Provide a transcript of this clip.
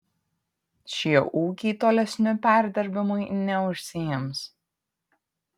šie ūkiai tolesniu perdirbimui neužsiims